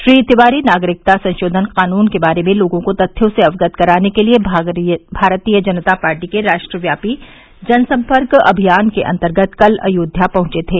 श्री तिवारी नागरिकता संशोधन कानन के बारे में लोगों को तथ्यों से अवगत कराने के लिए भारतीय जनता पार्टी के राष्ट्य्यापी जनसंपर्क अमियान के अंतर्गत कल अयोध्या पहुंचे थे